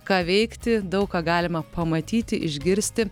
ką veikti daug ką galima pamatyti išgirsti